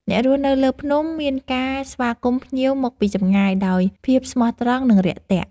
អ្នករស់នៅលើភ្នំ មានការស្វាគមន៍ភ្ញៀវមកពីចម្ងាយដោយភាពស្មោះត្រង់ និងរាក់ទាក់។